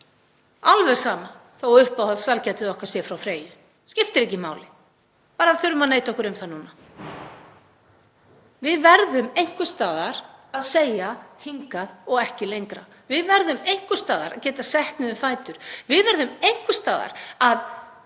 alveg sama þó að uppáhaldssælgætið okkar sé frá Freyju. Skiptir ekki máli, við þurfum bara að neita okkur um það núna. Við verðum einhvers staðar að segja: Hingað og ekki lengra. Við verðum einhvers staðar að geta sett niður fætur. Við verðum einhvers staðar að